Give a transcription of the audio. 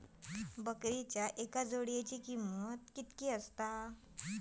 बकरीच्या एका जोडयेची किंमत किती?